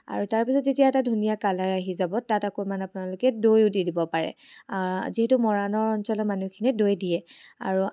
আৰু তাৰপাছত যেতিয়া এটা ধুনীয়া কালাৰ আহি যাব তাত অকণমান আপোনালোকে দৈও দি দিব পাৰে যিহেতু মৰাণৰ অঞ্চলৰ মানুহখিনিয়ে দৈ দিয়ে আৰু